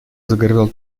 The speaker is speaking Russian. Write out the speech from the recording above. заговорил